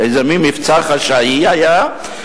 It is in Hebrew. איזה מין מבצע חשאי היה,